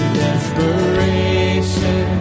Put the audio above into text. desperation